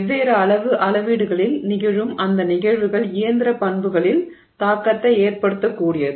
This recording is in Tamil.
வெவ்வேறு அளவு அளவீடுகளில் நிகழும் அந்த நிகழ்வுகள் இயந்திர பண்புகளில் தாக்கத்தை ஏற்படுத்தக்கூடியது